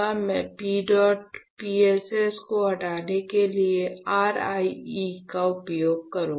मैं P dot PSS को हटाने के लिए RIE का उपयोग करूंगा